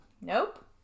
nope